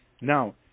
Now